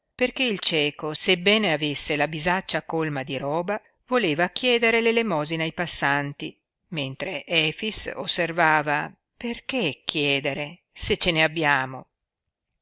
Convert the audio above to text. perché il cieco sebbene avesse la bisaccia colma di roba voleva chiedere l'elemosina ai passanti mentre efix osservava perché chiedere se ce ne abbiamo